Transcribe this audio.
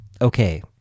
okay